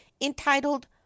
entitled